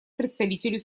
представителю